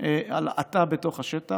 בכוונה הלהטה בתוך השטח.